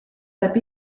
saab